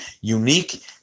unique